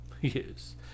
Yes